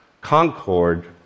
Concord